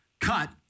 cut